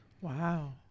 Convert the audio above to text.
Wow